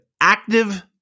active